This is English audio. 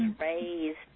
raised